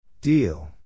Deal